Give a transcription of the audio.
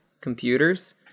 computers